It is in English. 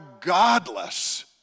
godless